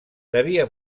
devia